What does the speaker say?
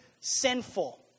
sinful